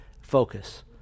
focus